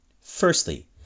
Firstly